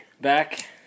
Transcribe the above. Back